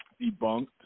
debunked